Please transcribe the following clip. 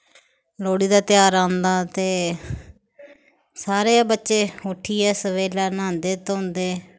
लोह्ड़ी दा ध्यार औंदा ते सारे गै बच्चे उट्ठियै सवेल्ला न्हांदे धोंदे